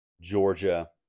Georgia